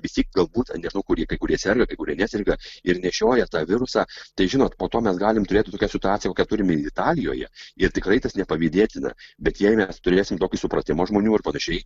vis tiek galbūt nežinau kurie kai kurie serga kai kurie neserga ir nešioja tą virusą tai žinot po to mes galim turėt tokią situaciją kokią turime italijoje ir tikrai tas nepavydėtina bet jei mes turėsim tokį supratimą žmonių ir panašiai